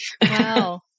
Wow